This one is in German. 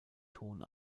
ton